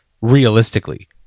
Realistically